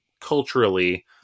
culturally